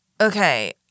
Okay